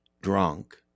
drunk